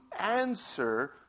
answer